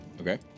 Okay